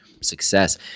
success